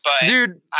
Dude